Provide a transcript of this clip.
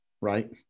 right